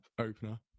opener